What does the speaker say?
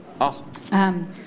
Awesome